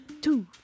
two